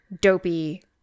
Dopey